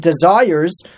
desires